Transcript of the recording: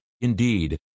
indeed